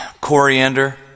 Coriander